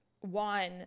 one